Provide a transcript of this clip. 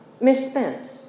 misspent